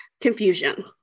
confusion